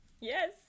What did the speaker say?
yes